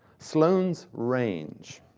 sloane's range,